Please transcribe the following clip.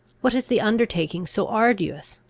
what is the undertaking so arduous,